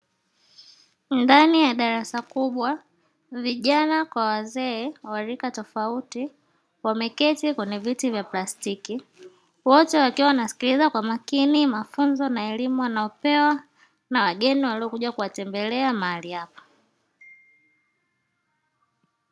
Ndani ya darasa kubwa vijana kwa wazee wa rika tofauti wameketi kwenye viti vya plastiki, wote wakiwa wanasikiliza kwa makini mafunzo na elimu wanayopewa na wageni waliokuja kuwatembelea mahali hapa.